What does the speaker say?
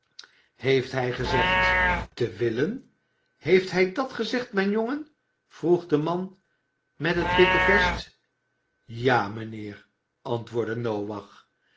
heeft hij gezegd te willen heeft hij dat gezegd mijn jongen vroeg de man met het witte vest ja mijnheer antwoordde noach